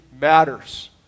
matters